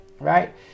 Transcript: Right